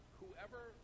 whoever